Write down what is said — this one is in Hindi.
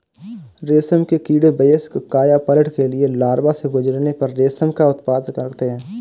रेशम के कीड़े वयस्क कायापलट के लिए लार्वा से गुजरने पर रेशम का उत्पादन करते हैं